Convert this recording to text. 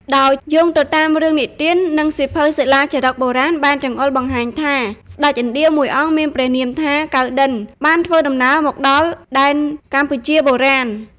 ដោយយោងទៅតាមរឿងនិទាន និងសៀវភៅសិលាចារឹកបុរាណបានចង្អុលបង្ហាញថា ស្ដេចឥណ្ឌាមួយអង្គមានព្រះនាមថា កៅណ្ឌិន្យ បានធ្វើដំណើរមកដល់ដែនកម្ពុជាបុរាណ។